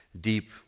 deep